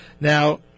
Now